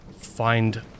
find